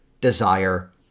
desire